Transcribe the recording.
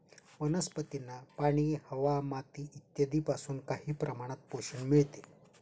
वनस्पतींना पाणी, हवा, माती इत्यादींपासून काही प्रमाणात पोषण मिळते